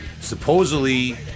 Supposedly